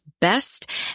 best